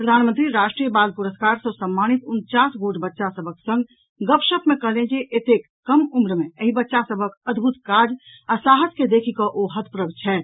प्रधानमंत्री राष्ट्रीय बाल पुरस्कार सँ सम्मानित उनचास गोट बच्चा सभक संग गपशप मे कहलनि जे एतेक कम उम्र मे एहि बच्चा सभक अद्भूत काज आ साहस के देखि कऽ ओ हत्प्रभ छथि